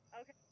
Okay